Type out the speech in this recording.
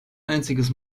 einziges